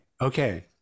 Okay